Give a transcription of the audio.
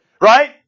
Right